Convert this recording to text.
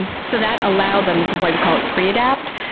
and so that allowed them, this is why we call it pre-adapt,